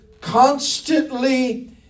Constantly